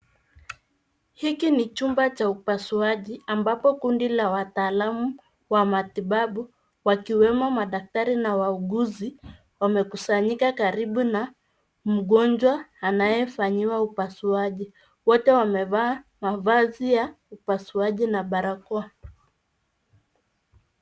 Hiki ni chumba cha upasuaji ambapo kundi la wataalamu wa matibabu wakiwemo madaktari na wauguzi wamekusanyika karibu na mgonjwa anayefanyiwa upasuaji. Wote wamevaa mavazi ya upasuaji na barakoa.